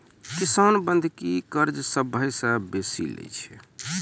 किसान बंधकी कर्जा सभ्भे से बेसी लै छै